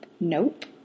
Nope